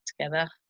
together